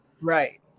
right